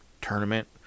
tournament